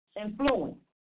influence